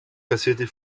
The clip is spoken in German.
kassierte